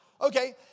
Okay